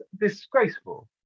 disgraceful